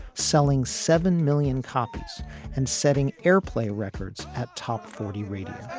selling seven million copies and setting airplay records at top forty radio